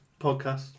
podcast